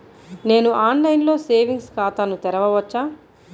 నేను ఆన్లైన్లో సేవింగ్స్ ఖాతాను తెరవవచ్చా?